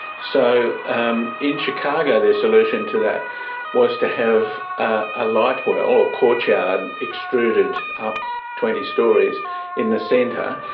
so um in chicago, their solution to that was to have a light well or courtyard extruded up twenty storeys in the centre,